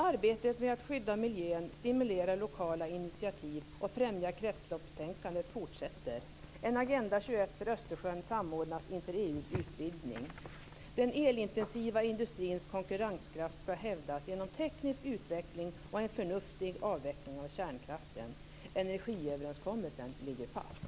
Arbetet med att skydda miljön, stimulera lokala initiativ och främja kretsloppstänkandet fortsätter. En Agenda 21 för Östersjön samordnas inför EU:s utvidgning. Den elintensiva industrins konkurrenskraft skall hävdas genom teknisk utveckling och en förnuftig avveckling av kärnkraften. Energiöverenskommelsen ligger fast."